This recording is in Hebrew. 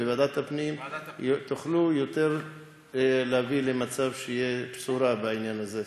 בוועדת הפנים תוכלו להביא יותר בשורה בעניין הזה.